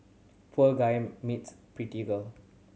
poor guy meets pretty girl